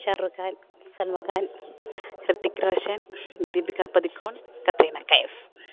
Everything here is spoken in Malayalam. ഷാറൂഖാൻ സൽമാൻ ഖാൻ ഹൃതിക് റോഷൻ ദീപിക പദുക്കോണ് കത്രിന കൈഫ്